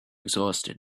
exhausted